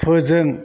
फोजों